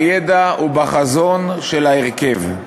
בידע ובחזון של ההרכב.